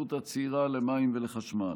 ההתיישבות הצעירה למים ולחשמל.